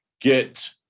get